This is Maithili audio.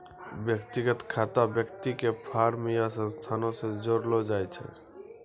व्यक्तिगत खाता व्यक्ति के फर्म या संस्थानो से जोड़लो जाय छै